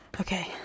Okay